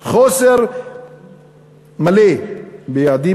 חוסר מוחלט של יעדים,